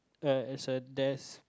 a it's a desk